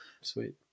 Sweet